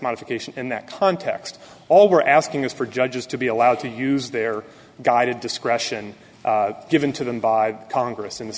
modification in that context all we're asking is for judges to be allowed to use their guided discretion given to them by congress in the